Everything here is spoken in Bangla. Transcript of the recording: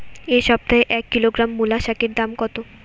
এ সপ্তাহে এক কিলোগ্রাম মুলো শাকের দাম কত?